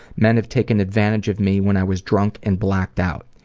men have taken advantage of me when i was drunk and blacked out.